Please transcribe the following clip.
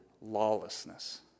lawlessness